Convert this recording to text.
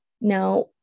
Now